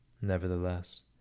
nevertheless